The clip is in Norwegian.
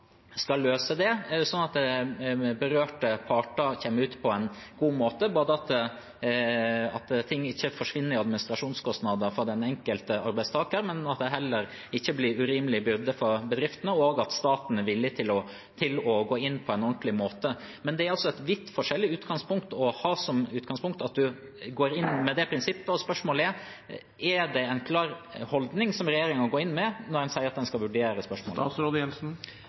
god måte – både at ting ikke forsvinner i administrasjonskostnader for den enkelte arbeidstaker, men heller ikke at det blir en urimelig byrde for bedriftene, og at staten er villig til å gå inn på en ordentlig måte. Det er et vidt forskjellig utgangspunkt å gå inn med det prinsippet som utgangspunkt. Spørsmålet er: Er det en klar holdning som regjeringen går inn med, når en sier at en skal vurdere